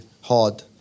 hard